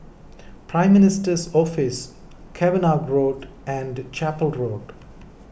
Prime Minister's Office Cavenagh Road and Chapel Road